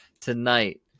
tonight